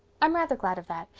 i'm rather glad of that,